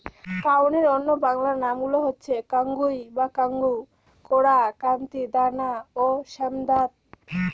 কাউনের অন্য বাংলা নামগুলো হচ্ছে কাঙ্গুই বা কাঙ্গু, কোরা, কান্তি, দানা ও শ্যামধাত